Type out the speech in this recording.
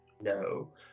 No